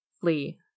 Flee